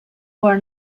for